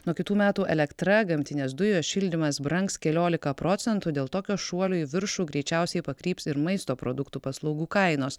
nuo kitų metų elektra gamtinės dujos šildymas brangs keliolika procentų dėl tokio šuolio į viršų greičiausiai pakryps ir maisto produktų paslaugų kainos